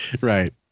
Right